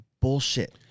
bullshit